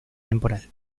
temporal